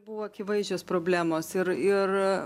buvo akivaizdžios problemos ir ir